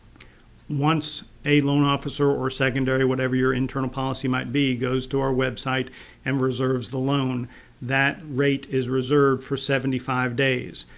once a loan officer or secondary, whatever your internal policy might be, goes to our web site and reserves the loan that rate is reserved for seventy five days.